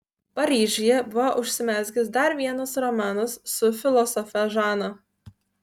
paryžiuje buvo užsimezgęs dar vienas romanas su filosofe žana